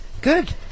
Good